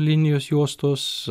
linijos juostos